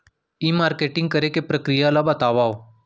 ई marketing करे के प्रक्रिया ला बतावव?